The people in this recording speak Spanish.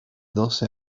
doce